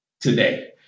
today